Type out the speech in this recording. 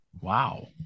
Wow